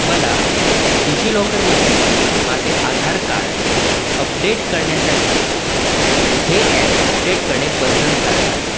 मला डिजिलॉकरमधील माझे आधार कार्ड अपडेट करण्यासाठी हे अॅप अपडेट करणे बंधनकारक आहे